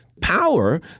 power